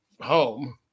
home